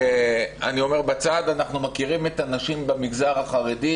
אנחנו מכירים את הנשים במגזר החרדי,